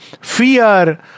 fear